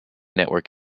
network